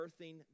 birthing